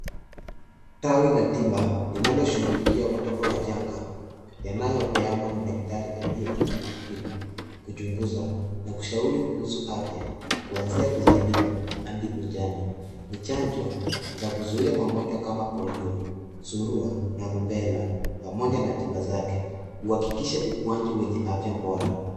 Tawi la tiba linaloshughulikia watoto wachanga yanayopeanwa na daktari aliyehitimu kutibu, kuchunguza na kushauri kuhusu afya kuanzia kuzaliwa hadi ujana. Ni chanjo za kuzuia magonjwa kama Polio, Surua na Rubella pamoja na tiba zake. Uhakikisha ukuaji wenye afya bora.